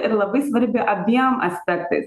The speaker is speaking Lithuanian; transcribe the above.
ir labai svarbi abiem aspektais